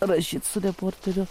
rašyt su reporteriu